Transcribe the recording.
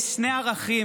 ישיב על ההצעה,